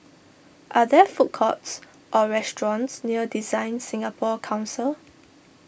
are there food courts or restaurants near DesignSingapore Council